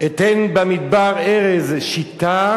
אתן במדבר ארז שִטה